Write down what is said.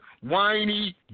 whiny